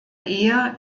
ehe